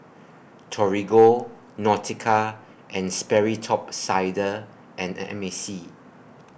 Torigo Nautica and Sperry Top Sider and M A C